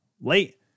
late